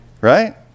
Right